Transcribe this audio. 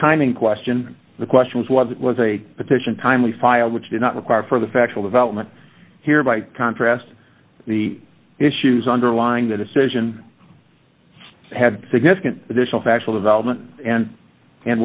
timing question the question was was it was a petition timely filed which did not require for the factual development here by contrast the issues underlying the decision had significant additional factual development and